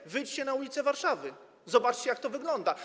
To wyjdźcie na ulice Warszawy, zobaczcie, jak to wygląda.